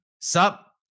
sup